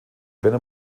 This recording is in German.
männer